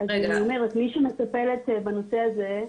מי שמטפלת בנושאה זה,